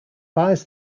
buys